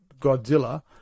Godzilla